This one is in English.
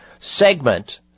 segment